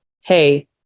hey